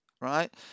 right